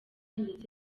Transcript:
ndetse